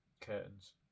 curtains